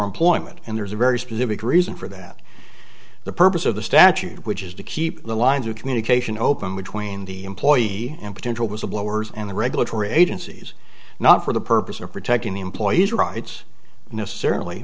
employment and there's a very specific reason for that the purpose of the statute which is to keep the lines of communication open with tween the employee and potential was a blowers and the regulatory agencies not for the purpose of protecting the employee's rights necessarily